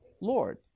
Lord